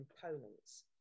components